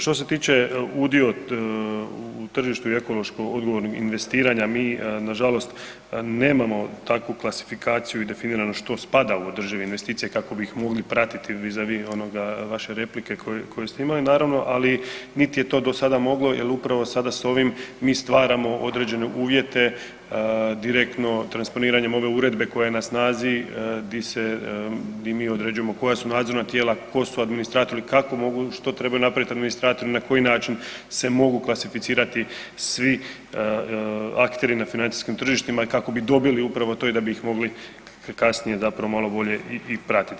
Što se tiče udio u tržištu i ekološko odgovornim investiranja, mi nažalost nemamo takvu klasifikaciju i definirano što spada u održive investicije kako bi ih mogli pratiti visa vis onoga vaše replike koju ste imali, naravno ali niti je to do sada moglo jer upravo sada s ovim mi stvaramo određene uvjete direktno transponiranjem ove uredbe koja je na snazi di mi određujemo koja su nadzorna tijela, ko su administratori, kako mogu, što trebaju napraviti administratori, na koji način se mogu klasificirati svi akteri nad financijskim tržištima i kako bi dobili upravo to i da bi ih mogli efikasnije zapravo malo bolje i pratiti.